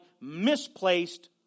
misplaced